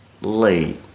late